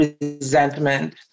resentment